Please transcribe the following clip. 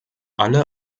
alle